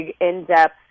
in-depth